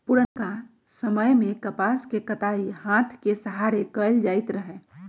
पुरनका समय में कपास के कताई हात के सहारे कएल जाइत रहै